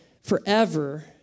forever